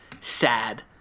sad